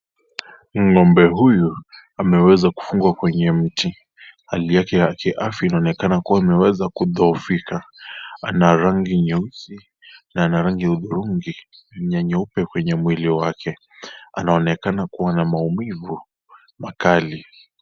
Ng'ombe huyu ameweza kufungwa kwenye mti. Hali yake ya kiafya inaonekana kuwa imeweza kudhoofika. Ana rangi nyeusi na ana rangi hudhurungi na nyeupe kwenye mwili wake. Anaonekana kuwa na maumivu makali.